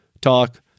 talk